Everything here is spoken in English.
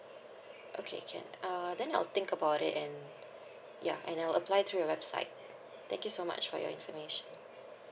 okay can uh then I will think about it and ya and I will apply through your website thank you so much for your information